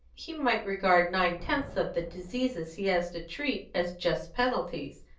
he might regard nine-tenths of the diseases he has to treat as just penalties,